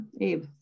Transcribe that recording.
Abe